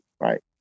right